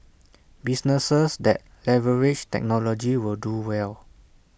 businesses that leverage technology will do well